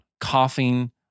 coughing